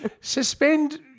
Suspend